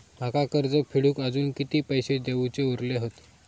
माका कर्ज फेडूक आजुन किती पैशे देऊचे उरले हत?